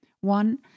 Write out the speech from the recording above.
One